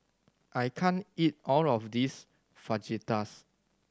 I can't eat all of this Fajitas